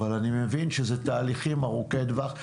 אבל אני מבין שאלה תהליכים ארוכי טווח.